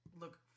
look